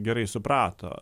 gerai suprato